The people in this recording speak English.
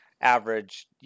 average